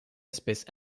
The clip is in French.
espèce